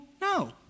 No